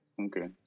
okay